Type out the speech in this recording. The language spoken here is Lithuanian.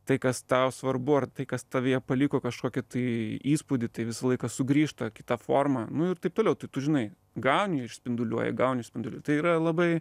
tai kas tau svarbu ar tai kas tavyje paliko kažkokį tai įspūdį tai visą laiką sugrįžta kita forma nu ir taip toliau tai tu žinai gauni išspinduliuoji gauni išspinduliuoji tai yra labai